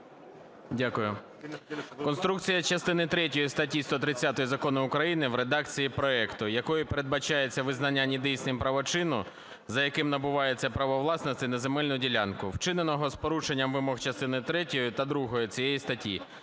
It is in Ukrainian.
Дякую. Конструкція частини третьої статті 130 закону України в редакції проекту, якою передбачається визнання недійсним правочину, за яким набувається право власності на земельну ділянку, вчиненого з порушенням вимог частини третьої та